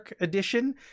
edition